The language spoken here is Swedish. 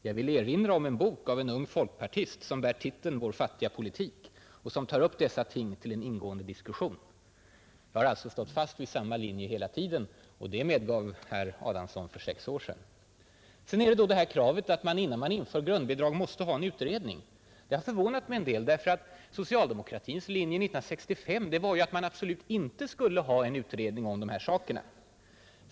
Jag vill erinra om en bok av en ung folkpartist som bär titeln ”Vår fattiga politik” och som tar upp dessa ting till en ingående diskussion.” Jag har alltså stått fast vid samma linje hela tiden; det framgick av vad herr Adamsson sade för sex år sedan. Sedan påstår man, att innan grundbidrag införs, måste vi ha en utredning. Det har förvånat mig en del, eftersom socialdemokratins linje 1965 var att man absolut inte skulle ha en utredning om de här sakerna.